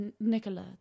Nicola